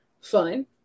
fun